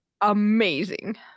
Amazing